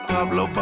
Pablo